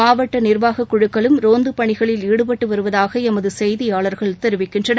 மாவட்ட நிர்வாகக் குழுக்களும் ரோந்து பணிகளில் ஈடுபட்டு வருவதாக எமது செய்தியாளர்கள் தெரிவிக்கின்றனர்